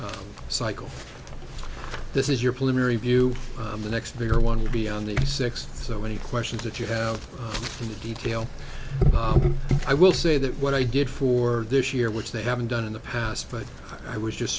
cycle this is your plimer review the next bigger one will be on the six so any questions that you have to detail i will say that what i did for this year which they haven't done in the past but i was just